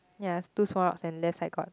ya two small rocks and left side got